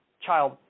child